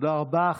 תודה רבה.